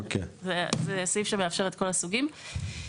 זה סעיף שמאפשר את כל הסוגים.